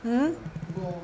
ya 不过